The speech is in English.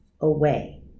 away